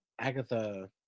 agatha